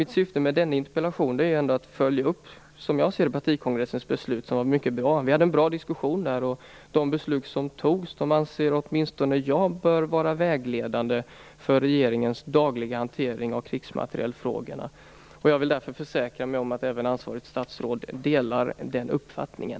Mitt syfte med denna interpellation är att följa upp partikongressens beslut, som var mycket bra. Vi hade en bra diskussion där, och de beslut som då fattades bör, anser åtminstone jag, vara vägledande för regeringens dagliga hantering av krigsmaterielfrågorna. Jag vill försäkra mig om att även ansvarigt statsråd delar den uppfattningen.